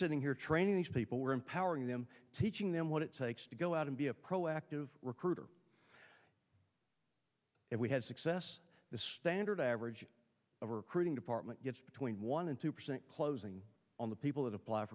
sitting here training these people were empowering them teaching them what it takes to go out and be a proactive recruiter if we had success the standard average of a recruiting department gets between one and two percent closing on the people that apply